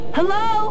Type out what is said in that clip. Hello